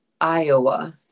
Iowa